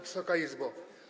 Wysoka Izbo!